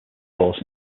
force